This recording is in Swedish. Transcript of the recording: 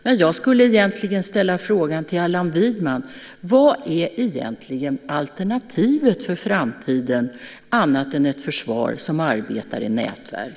Men jag skulle vilja ställa en fråga till Allan Widman: Vad är egentligen alternativet för framtiden annat än ett försvar som arbetar i nätverk?